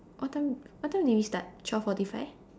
what time what time did we start twelve forty five